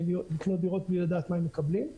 לקנות דירות בלי לדעת מה הם מקבלים.